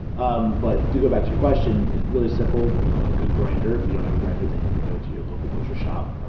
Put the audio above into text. um but to go back to your question, it's really simple you know a good grinder if you don't have a grinder, then you can go to your local butcher shop,